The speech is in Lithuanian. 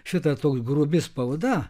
šita toks grubi spauda